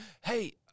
Hey